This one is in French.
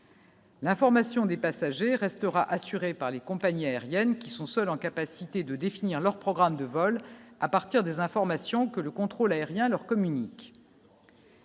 L'information des passagers restera assuré par les compagnies aériennes qui sont seuls en capacité de définir leur programme de vols à partir des informations que le contrôle aérien leur communique.